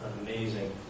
amazing